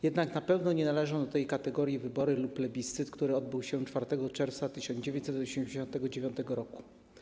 Jednak na pewno nie należą do tej kategorii wybory lub plebiscyt, który odbył się 4 czerwca 1989 r.